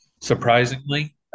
Surprisingly